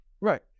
Right